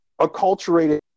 acculturated